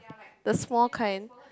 the small kind